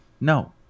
No